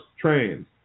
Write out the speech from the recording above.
trains